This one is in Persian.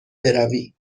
بروی